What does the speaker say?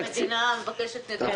המדינה מבקשת נדבות?